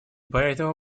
поэтому